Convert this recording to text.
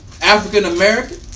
African-American